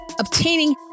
obtaining